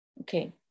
Okay